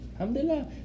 Alhamdulillah